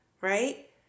right